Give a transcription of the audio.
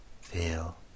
feel